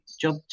job